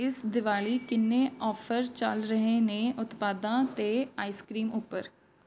ਇਸ ਦਿਵਾਲੀ ਕਿੰਨੇ ਅੋਫ਼ਰ ਚੱਲ ਰਹੇ ਨੇ ਉਤਪਾਦਾਂ ਅਤੇ ਆਈਸਕਰੀਮ ਉੱਪਰ